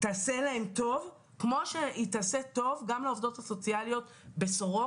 תעשה להם טוב כמו שהיא תעשה טוב גם לעובדות הסוציאליות בסורוקה,